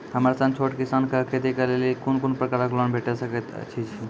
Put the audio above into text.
हमर सन छोट किसान कअ खेती करै लेली लेल कून कून प्रकारक लोन भेट सकैत अछि?